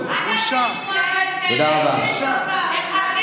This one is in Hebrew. של נעליך מעל רגליך לפני שאתה